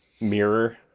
Mirror